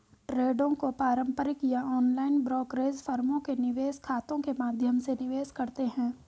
ट्रेडों को पारंपरिक या ऑनलाइन ब्रोकरेज फर्मों के निवेश खातों के माध्यम से निवेश करते है